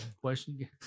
Question